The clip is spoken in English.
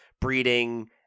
breeding